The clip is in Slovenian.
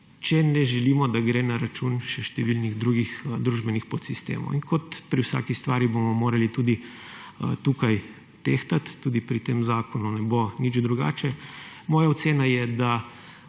če ne želimo, da gre na račun še številnih drugih družbenih podsistemov. In kot pri vsaki stvari bomo morali tudi tukaj tehtati, tudi pri tem zakonu ne bo nič drugače. Moja ocena je, da